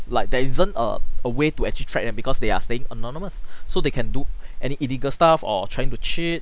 like there isn't a a way to actually track them because they are staying anonymous so they can do any illegal stuff or trying to cheat